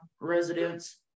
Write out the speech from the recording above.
residents